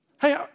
Hey